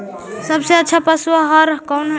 सबसे अच्छा पशु आहार कौन है?